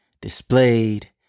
displayed